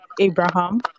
Abraham